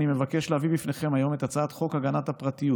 אני מבקש להביא בפניכם היום את הצעת חוק הגנת הפרטיות